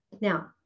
Now